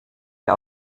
wir